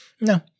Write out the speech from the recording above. No